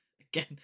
Again